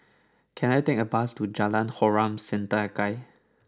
can I take a bus to Jalan Harom Setangkai